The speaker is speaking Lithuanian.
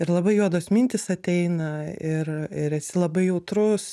ir labai juodos mintys ateina ir ir esi labai jautrus